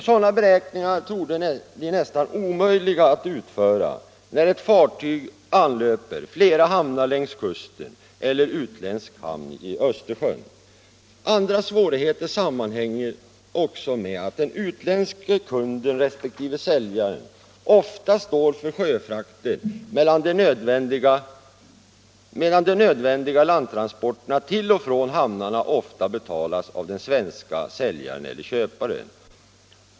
Sådana beräkningar torde bli nästan omöjliga att utföra när ett fartyg anlöper flera hamnar längs kusten eller utländsk hamn i Östersjön. En annan svårighet är att den utländske kunden resp. säljaren ofta står för sjöfrakten, medan de nödvändiga landtransporterna till och från hamnarna ofta betalas av den svenske säljaren eller köparen.